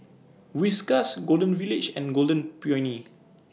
Whiskas Golden Village and Golden Peony